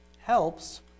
helps